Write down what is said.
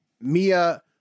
Mia